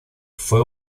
fue